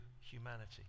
humanity